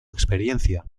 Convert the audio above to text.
experiencia